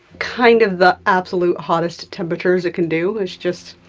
kind of the absolute hottest temperatures it can do. it's just,